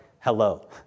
hello